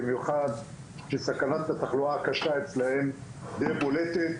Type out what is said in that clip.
במיוחד שסכנת התחלואה הקשה אצלם די בולטת.